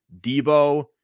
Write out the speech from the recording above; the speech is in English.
Debo